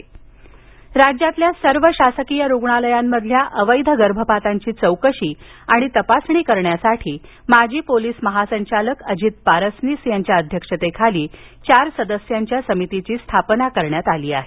अवैध गर्भपात राज्यातील सर्व शासकीय रूग्णालयांतील अवैध गर्भपातांची चौकशी आणि तपासणीसाठी माजी पोलिस महासंचालक अजित पारसनीस यांच्या अध्यक्षतेखाली चार सदस्यीय समितीची स्थापना करण्यात आली आहे